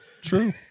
true